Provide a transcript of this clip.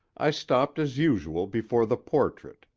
i stopped as usual before the portrait,